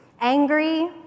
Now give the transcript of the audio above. angry